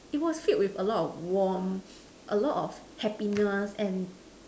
it was filled with a lot of warmth a lot of happiness and